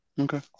Okay